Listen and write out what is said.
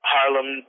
Harlem